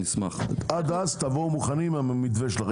ועד אז תבואו מוכנים עם המתווה שלכם.